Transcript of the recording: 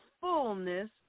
fullness